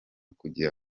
kugira